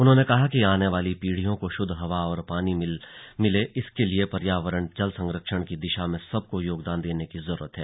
उन्होंने कहा कि आने वाली पीढ़ियों को शुद्ध हवा और पानी मिले इसके लिए पर्यावरण जल संरक्षण की दिशा में सबको योगदान देने की जरूरत है